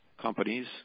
companies